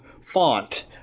font